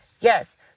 Yes